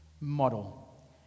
model